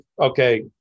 okay